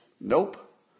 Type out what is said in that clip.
Nope